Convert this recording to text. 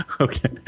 Okay